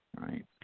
right